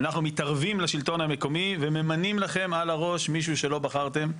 אנחנו מתערבים לשלטון המקומי וממנים לכם על הראש מישהו שלא בחרתם,